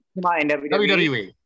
WWE